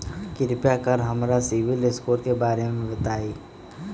कृपा कर के हमरा सिबिल स्कोर के बारे में बताई?